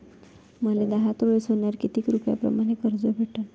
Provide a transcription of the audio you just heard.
मले दहा तोळे सोन्यावर कितीक रुपया प्रमाण कर्ज भेटन?